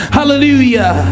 Hallelujah